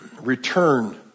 return